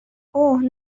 اوه